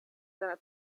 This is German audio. seiner